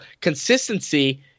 consistency